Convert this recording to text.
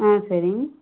ஆ சரி